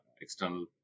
external